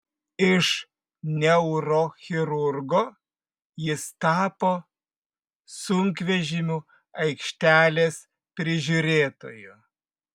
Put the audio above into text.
iš neurochirurgo jis tapo sunkvežimių aikštelės prižiūrėtoju